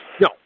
No